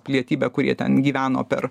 pilietybę kurie ten gyveno per